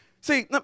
See